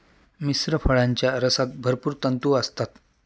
मिश्र फळांच्या रसात भरपूर तंतू असतात